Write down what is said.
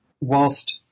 whilst